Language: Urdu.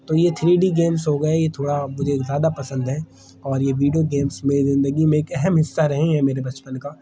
تو یہ تھری ڈی گیمس ہو گئے یہ تھوڑا مجھے زیادہ پسند ہے اور یہ ویڈیو گیمس میری زندگی میں ایک اہم حصہ رہے ہیں میرے بچپن کا